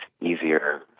easier